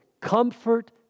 comfort